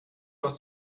aus